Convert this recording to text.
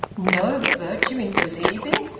no virtue in believing!